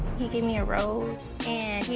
he gave me a rose, and he